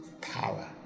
power